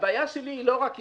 הבעיה שלי היא לא רק אבחון.